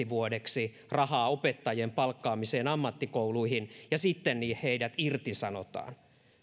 vuodeksi rahaa opettajien palkkaamiseen ammattikouluihin ja sitten heidät irtisanotaan